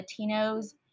Latinos